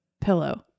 pillow